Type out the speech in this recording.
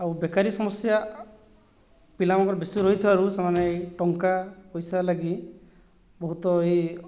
ଆଉ ବେକାରି ସମସ୍ୟା ପିଲାମାନଙ୍କର ବେଶି ରହିଥିବାରୁ ସେମାନେ ଏହି ଟଙ୍କାପଇସା ଲାଗି ବହୁତ ଏହି